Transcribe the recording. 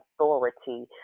authority